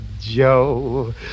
Joe